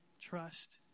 trust